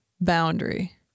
boundary